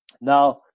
Now